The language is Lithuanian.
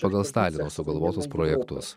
pagal stalino sugalvotus projektus